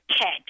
Ted